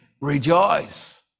rejoice